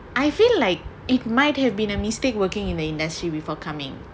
I feel like it might have been a mistake working in the industry before coming